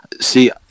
See